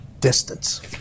Distance